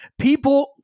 People